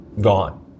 gone